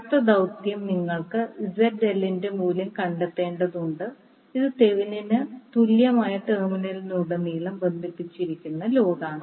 അടുത്ത ദൌത്യം നിങ്ങൾ ZL ന്റെ മൂല്യം കണ്ടെത്തേണ്ടതുണ്ട് ഇത് തെവെനിന് തുല്യമായ ടെർമിനലിലുടനീളം ബന്ധിപ്പിച്ചിരിക്കുന്ന ലോഡാണ്